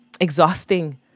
exhausting